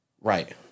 Right